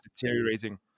deteriorating